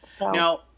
Now